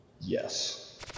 yes